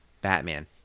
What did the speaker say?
Batman